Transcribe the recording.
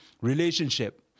relationship